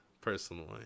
personally